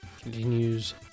continues